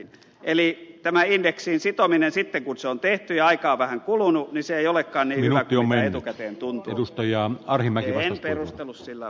eli tämä indeksiin sitominen sitten kun se on tehty ja aikaa on vähän kulunut ei olekaan niin hyvä kuin miltä se on etukäteen tuntunut